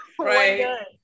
right